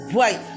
Wait